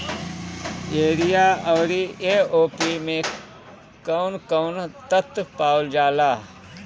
Urea औरी AOP मै कौवन कौवन तत्व पावल जाला?